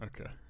Okay